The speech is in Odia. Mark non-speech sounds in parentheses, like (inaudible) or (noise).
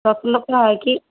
ଦଶ ଲୋକ (unintelligible) କି